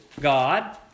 God